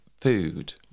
food